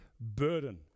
burden